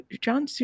John